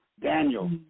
Daniel